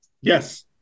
Yes